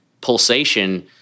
pulsation